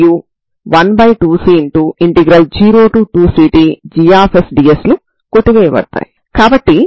ఇప్పుడు ఐగెన్ విలువలను మరియు ఐగెన్ ఫంక్షన్లను ఎలా కనుగొనాలి